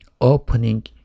opening